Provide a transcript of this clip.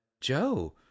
Joe